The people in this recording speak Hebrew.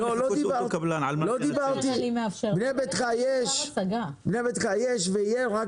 בנה ביתך זה משהו אחר, עושים את זה.